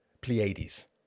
Pleiades